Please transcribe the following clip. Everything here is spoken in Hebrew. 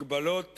הגבלות